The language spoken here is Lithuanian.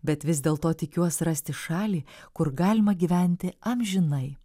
bet vis dėl to tikiuos rasti šalį kur galima gyventi amžinai